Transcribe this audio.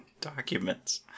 documents